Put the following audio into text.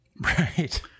Right